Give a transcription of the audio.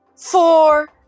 four